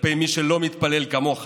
כלפי מי שלא מתפלל כמוך